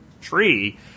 tree –